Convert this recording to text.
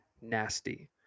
nasty